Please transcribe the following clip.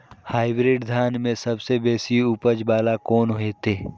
Hybrid धान में सबसे बेसी उपज बाला कोन हेते?